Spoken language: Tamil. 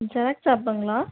ஜெராக்ஸ் ஷாப்புங்களா